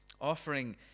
offering